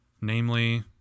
Namely